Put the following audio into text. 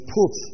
put